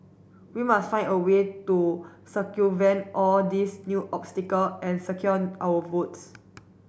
we must find a way to circumvent all these new obstacle and secure our votes